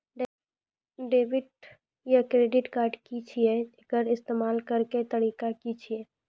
Debit या credit card की छियै? एकर इस्तेमाल करैक तरीका की छियै?